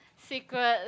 secret